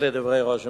אלה דברי ראש הממשלה.